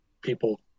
people